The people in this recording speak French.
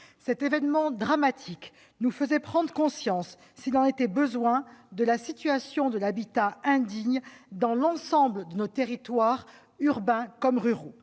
Cet événement dramatique nous faisait prendre conscience, s'il en était besoin, de la situation de l'habitat indigne dans l'ensemble de nos territoires, urbains comme ruraux.